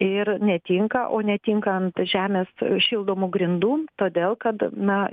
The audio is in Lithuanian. ir netinka o netinka ant žemės šildomų grindų todėl kad na